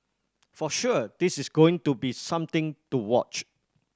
for sure this is going to be something to watch